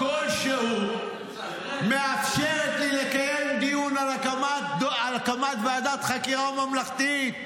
כלשהו מאפשרת לי לקיים דיון על הקמת ועדת חקירה ממלכתית.